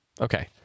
Okay